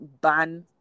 ban